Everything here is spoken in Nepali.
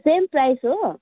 सेम प्राइस हो